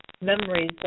memories